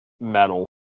Metal